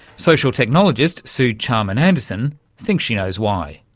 social technologist suw charman-anderson thinks she knows why.